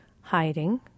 hiding